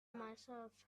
myself